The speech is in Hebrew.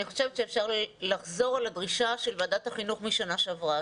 אני חושבת שאפשר לחזור על הדרישה של ועדת החינוך משנה שעברה,